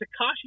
Takashi